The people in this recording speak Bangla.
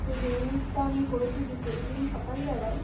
তো যে জিনিসটা আমি করে থাকি প্রতিদিন সকালবেলায়